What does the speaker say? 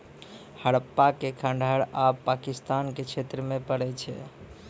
हड़प्पा के खंडहर आब पाकिस्तान के क्षेत्र मे पड़ै छै